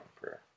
Prayer